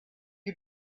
you